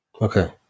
okay